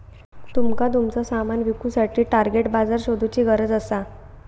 तुमका तुमचा सामान विकुसाठी टार्गेट बाजार शोधुची गरज असा